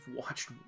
watched